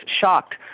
shocked